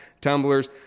tumblers